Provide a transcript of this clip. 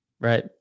right